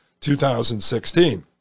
2016